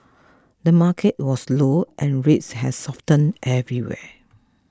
the market was slowe and rates have softened everywhere